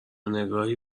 نگاهی